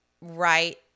right